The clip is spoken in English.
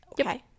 Okay